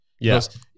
Yes